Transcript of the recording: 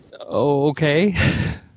okay